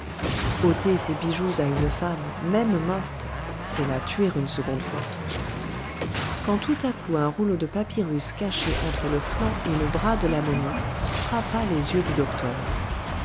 ôter ses bijoux à une femme même morte c'est la tuer une seconde fois quand tout à coup un rouleau de papyrus caché entre le flanc et le bras de la momie frappa les yeux du docteur